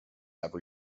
have